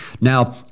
Now